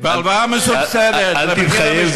בוא נראה, בהלוואה מסובסדת, אל תתחייב.